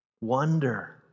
Wonder